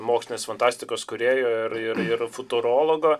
mokslinės fantastikos kūrėjo ir futurologo